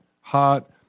hot